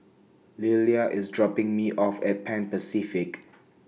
Lelia IS dropping Me off At Pan Pacific